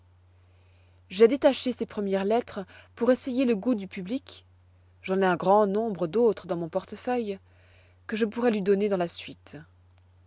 j'ai détaché ces premières lettres pour essayer le goût du public j'en ai un grand nombre d'autres dans mon portefeuille que je pourrai lui donner dans la suite